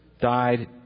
died